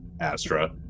Astra